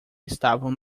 estavam